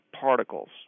particles